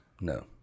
No